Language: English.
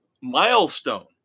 milestone